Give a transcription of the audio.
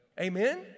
Amen